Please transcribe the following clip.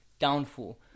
Downfall